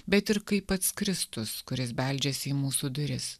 bet ir kaip pats kristus kuris beldžiasi į mūsų duris